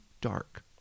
dark